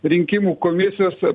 rinkimų komisijos